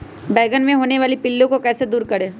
बैंगन मे होने वाले पिल्लू को कैसे दूर करें?